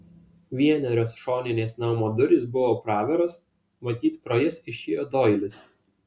vienerios šoninės namo durys buvo praviros matyt pro jas išėjo doilis